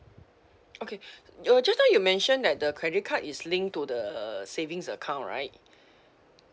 okay uh just now you mention that the credit card is linked to the savings account right